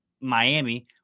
Miami